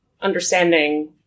understanding